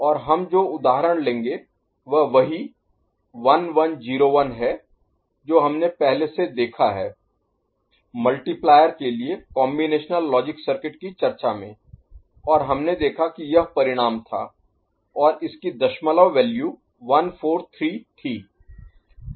और हम जो उदाहरण लेंगे वह वही 1101 है जो हमने पहले से देखा है मल्टीप्लायर के लिए कॉम्बिनेशनल लॉजिक सर्किट की चर्चा में और हमने देखा कि यह परिणाम था और इसकी दशमलव वैल्यू 143 थी